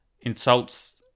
insults